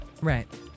Right